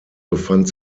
befand